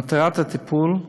מטרת הטיפול,